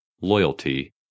Loyalty